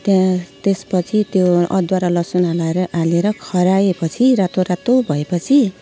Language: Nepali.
त्यहाँ त्यसपछि त्यो अदुवा र लसुन हल्लाएर हालेर खर्याएपछि रातो रातो भएपछि